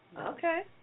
Okay